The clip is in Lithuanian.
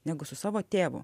negu su savo tėvu